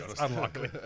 unlikely